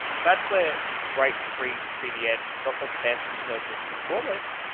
cloudflare, bright, free cdn, not the best in terms of performance,